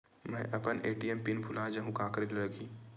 मैं अपन ATM pin भुला जहु का करे ला लगही?